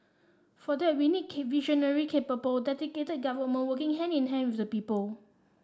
for that we need visionary capable dedicated government working hand in hand with the people